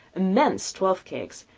immense twelfth-cakes,